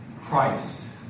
Christ